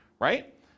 Right